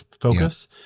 focus